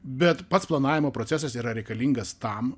bet pats planavimo procesas yra reikalingas tam